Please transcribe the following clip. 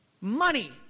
Money